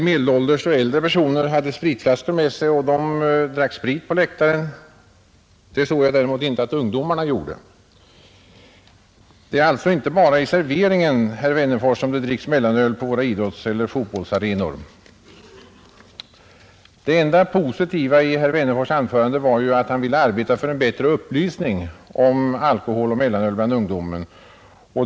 Medelålders och äldre personer hade spritflaskor med sig och drack sprit på läktaren. Det tror jag däremot inte att ungdomarna gjorde. Det är alltså inte bara i serveringen, herr Wennerfors, som det dricks mellanöl på våra idrottsoch fotbollsarenor. Det enda positiva i herr Wennerfors” anförande var att han ville arbeta för en bättre upplysning om alkohol och mellanöl bland ungdomen.